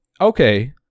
Okay